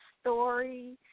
story